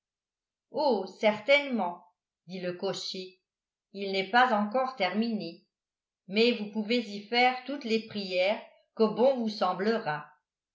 oh certainement dit le cocher il n'est pas encore terminé mais vous pouvez y faire toutes les prières que bon vous semblera